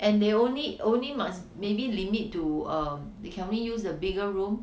and they only only must maybe limit to um they can only use a bigger room